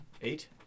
Eight